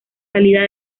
salida